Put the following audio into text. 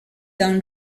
dans